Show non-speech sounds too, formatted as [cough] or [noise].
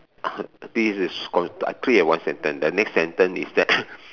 ah I think this is I treat it as one sentence the next sentence is that [coughs]